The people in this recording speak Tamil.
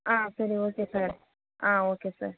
ஆ சரி ஓகே சார் ஆ ஓகே சார்